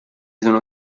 sono